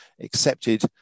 accepted